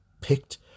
picked